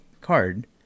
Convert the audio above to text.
card